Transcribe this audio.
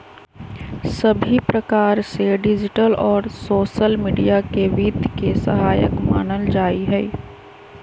सभी प्रकार से डिजिटल और सोसल मीडिया के वित्त के सहायक मानल जाहई